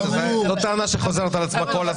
זו טענה שחוזרת על עצמה כל הזמן.